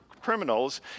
criminals